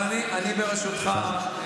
לא לעצור את הנשימה,